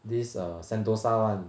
this err sentosa one